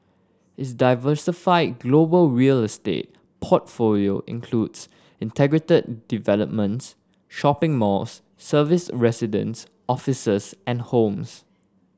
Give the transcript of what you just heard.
its diversified global real estate portfolio includes integrated developments shopping malls serviced residences offices and homes